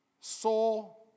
soul